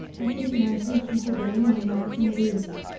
as we can undress and have a real night in bed.